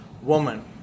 woman